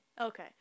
Okay